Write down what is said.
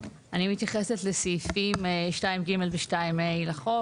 אני מתייחסת לסעיפים 2(ג) ו-2(ה) לחוק.